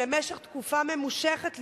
לתקופה ממושכת לפעמים,